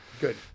Good